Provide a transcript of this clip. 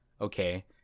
okay